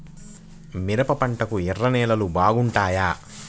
మిరప పంటకు ఎర్ర నేలలు బాగుంటాయా?